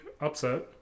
upset